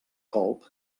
colp